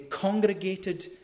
congregated